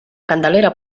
candelera